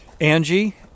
Angie